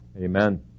Amen